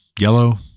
yellow